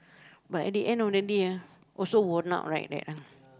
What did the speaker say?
but at the end of the day ah also worn out right that ah